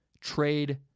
trade